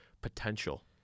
potential